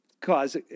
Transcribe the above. Cause